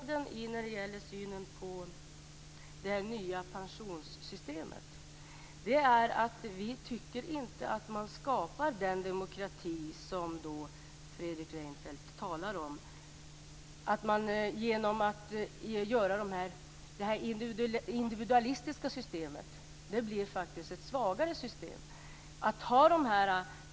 Fru talman! Skillnaden i synen på det nya pensionssystemet är att vi inte tycker att den demokrati Fredrik Reinfeldt talar om skapas. Det individualistiska systemet blir ett svagare system.